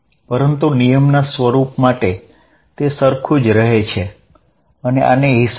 પરંતુ નિયમનો પ્રકાર સરખો નથી હોતો